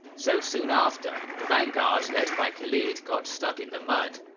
so soon after the vanguard led by khalid got stuck in the mud,